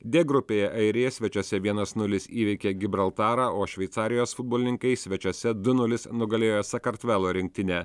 d grupėje airija svečiuose vienas nulis įveikė gibraltarą o šveicarijos futbolininkai svečiuose du nulis nugalėjo sakartvelo rinktinę